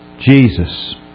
Jesus